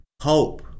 hope